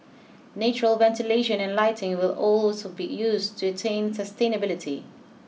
natural ventilation and lighting will also be used to attain sustainability